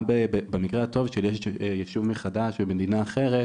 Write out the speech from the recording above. במקרה הטוב, כשיש יישוב מחדש במדינה אחרת